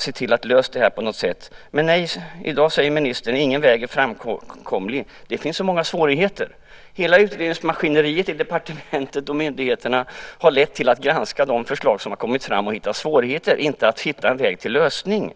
se till att det här löses på något sätt. Men i dag säger ministern att ingen väg är framkomlig, att det finns så många svårigheter. Utredningsmaskineriet i departementet och hos myndigheterna har lett till att de, när de granskat de förslag som kommit, hittat svårigheter i stället för en väg till lösning.